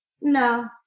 no